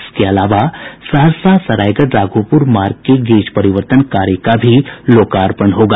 इसके अलावा सहरसा सरायगढ़ राघोपूर मार्ग के गेज परिवर्तन कार्य का भी लोकार्पण होगा